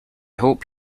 hope